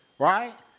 Right